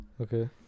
Okay